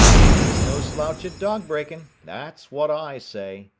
he's no slouch at dog-breakin', that's wot i say,